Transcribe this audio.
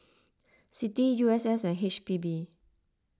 Citi U S S and H P B